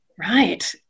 Right